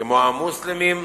כמו המוסלמים,